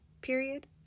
period